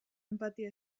enpatia